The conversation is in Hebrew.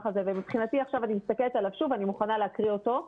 הזה ואני מסתכלת עליו ואני מוכנה להקריא אותו,